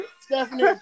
Stephanie